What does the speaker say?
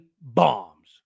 bombs